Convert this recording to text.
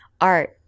art